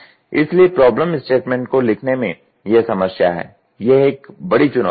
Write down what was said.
इसलिए problem statement को लिखने में यह समस्या है यह एक बड़ी चुनौती है